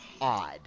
odd